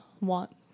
want